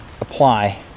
apply